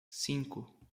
cinco